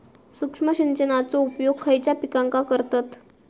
सूक्ष्म सिंचनाचो उपयोग खयच्या पिकांका करतत?